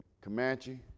Comanche